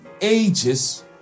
ages